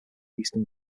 eastern